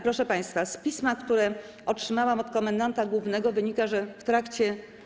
Proszę państwa, z pisma, które otrzymałam od komendanta głównego, wynika, że w trakcie.